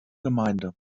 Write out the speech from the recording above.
gemeinde